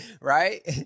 right